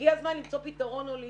הגיע הזמן למצוא פתרון הוליסטי.